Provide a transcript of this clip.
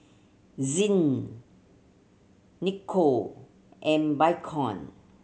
Zinc and